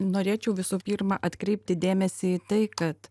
norėčiau visų pirma atkreipti dėmesį į tai kad